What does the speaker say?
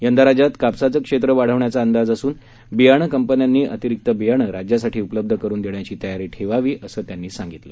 यंदा राज्यात कापसाचे क्षेत्र वाढण्याचा अंदाज असून बियाणे कंपन्यांनी अतिरीक्त बियाणं राज्यासाठी उपलब्ध करून देण्याची तयारी ठेवावी असं त्यांनी सांगितलं